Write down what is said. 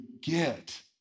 get